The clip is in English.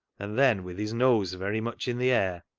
and then, with his nose very much in the air,